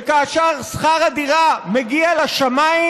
וכאשר שכר הדירה מגיע לשמיים,